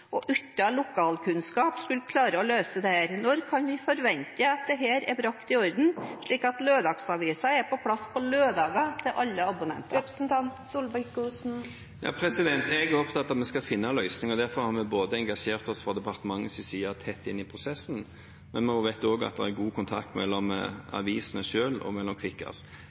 og uten lokalkunnskap skulle klare å løse dette? Når kan vi forvente at dette er brakt i orden, slik at lørdagsavisene er på plass på lørdager til alle abonnenter? Jeg er opptatt av at vi skal finne løsninger, og derfor har vi fra departementets side engasjert oss tett inn i prosessen, men vi vet også at det er god kontakt mellom avisene selv og med Kvikkas.